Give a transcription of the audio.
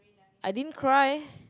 I didn't cry